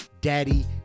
daddy